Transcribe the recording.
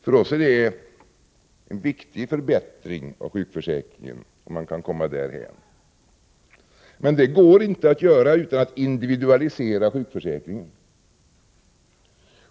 För oss är det en viktig förbättring av sjukförsäkringen om man kan komma därhän, men det går inte att göra utan att individualisera sjukförsäkringen.